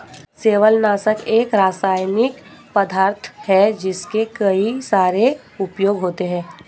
शैवालनाशक एक रासायनिक पदार्थ है जिसके कई सारे उपयोग होते हैं